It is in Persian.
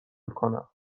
کنم